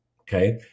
Okay